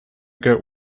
good